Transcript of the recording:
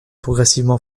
progressivement